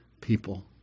people